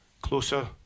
Closer